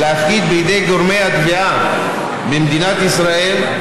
להפקיד בידי גורמי התביעה במדינת ישראל,